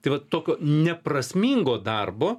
tai vat tokio neprasmingo darbo